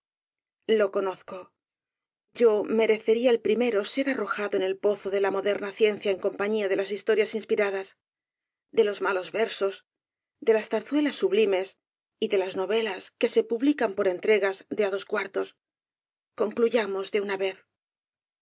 lo conozco yo merecería el primero ser arrojado en el pozo de la rosalía de castro moderna ciencia en compañía de las historias inspiradas de los malos versos de las zarzuelas sublimes y de las novelas que se publican por entregas de á dos cuartos concluyamos de una vez